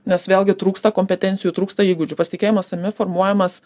nes vėlgi trūksta kompetencijų trūksta įgūdžių pasitikėjimas savimi formuojamas